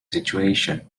situation